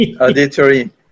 auditory